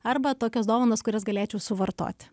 arba tokios dovanos kurias galėčiau suvartoti